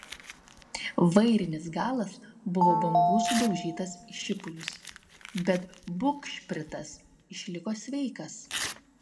vairinis galas buvo bangų sudaužytas į šipulius bet bugšpritas išliko sveikas